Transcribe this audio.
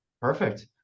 Perfect